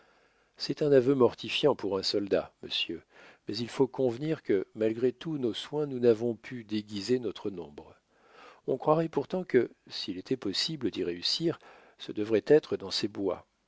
c'est un aveu mortifiant pour un soldat monsieur mais il faut convenir que malgré tous nos soins nous n'avons pu déguiser notre nombre on croirait pourtant que s'il était possible d'y réussir ce devrait être dans ces bois